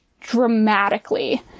dramatically